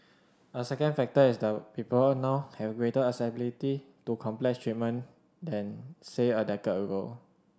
a second factor is that people now have greater accessibility to complex treatment than say a decade ago